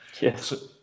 Yes